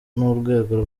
n’urwego